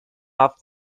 off